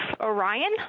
Orion